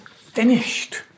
finished